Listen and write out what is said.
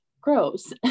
gross